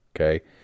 okay